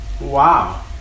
Wow